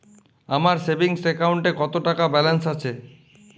আমার সেভিংস অ্যাকাউন্টে কত টাকা ব্যালেন্স আছে?